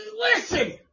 Listen